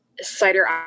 cider